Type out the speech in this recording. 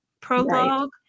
prologue